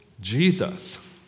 Jesus